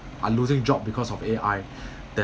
are losing job because of A_I they